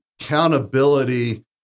accountability